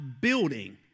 building